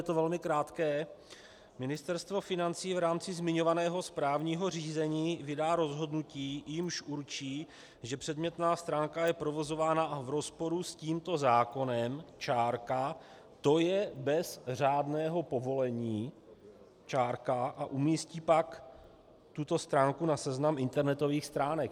Je to velmi krátké: Ministerstvo financí v rámci zmiňovaného správního řízení vydá rozhodnutí, jímž určí, že předmětná stránka je provozována v rozporu s tímto zákonem, tj. bez řádného povolení, a umístí pak tuto stránku na seznam internetových stránek.